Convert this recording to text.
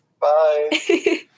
Bye